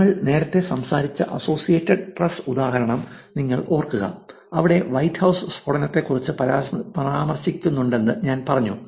ഞങ്ങൾ നേരത്തെ സംസാരിച്ച അസോസിയേറ്റഡ് പ്രസ് ഉദാഹരണം നിങ്ങൾ ഓർക്കുക അവിടെ വൈറ്റ് ഹൌസ് സ്ഫോടനത്തെക്കുറിച്ച് പരാമർശമുണ്ടെന്ന് ഞാൻ പറഞ്ഞു